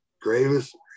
Greatest